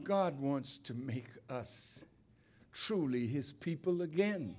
god wants to make us truly his people again